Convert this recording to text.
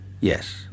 Yes